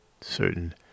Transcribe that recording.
Certain